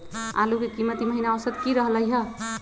आलू के कीमत ई महिना औसत की रहलई ह?